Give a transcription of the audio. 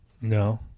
No